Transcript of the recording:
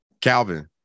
Calvin